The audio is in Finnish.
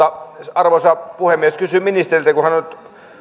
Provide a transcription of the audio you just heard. arvoisa puhemies kysyn ministeriltä kun hän on nyt